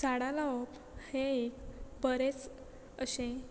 झाडां लावप हे एक बरेंच अशें